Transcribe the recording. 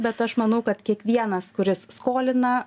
bet aš manau kad kiekvienas kuris skolina